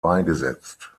beigesetzt